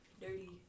dirty